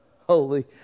Holy